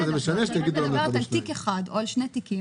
את מדברת על תיק אחד או על שני תיקים,